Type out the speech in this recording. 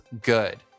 good